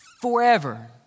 forever